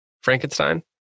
Frankenstein